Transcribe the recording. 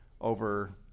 over